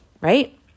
right